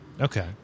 Okay